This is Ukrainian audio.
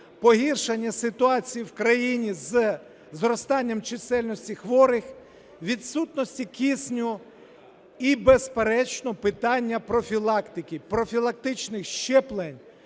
погіршення ситуації в країні зі зростанням чисельності хворих, відсутності кисню і, безперечно, питання профілактики, профілактичних щеплень,